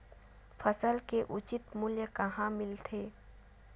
फसल के उचित मूल्य कहां मिलथे?